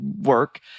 work